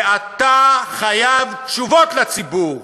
ואתה חייב תשובות לציבור.